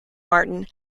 martin